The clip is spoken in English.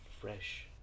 fresh